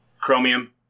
Chromium